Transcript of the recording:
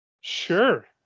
Sure